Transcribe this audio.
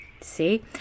See